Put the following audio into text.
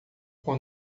com